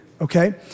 Okay